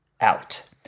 out